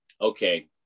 okay